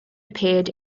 appeared